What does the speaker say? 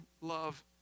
love